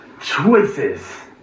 Choices